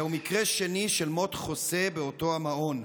זהו מקרה שני של מות חוסה באותו המעון.